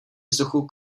vzduchu